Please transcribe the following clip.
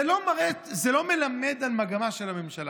זה לא מראה, זה לא מלמד על מגמה של הממשלה.